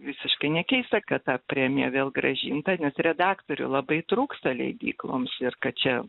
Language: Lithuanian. visiškai nekeista kad ta premija vėl grąžinta nes redaktorių labai trūksta leidykloms ir kad čia